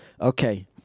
Okay